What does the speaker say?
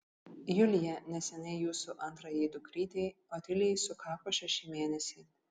julija neseniai jūsų antrajai dukrytei otilijai sukako šeši mėnesiai